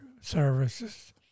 services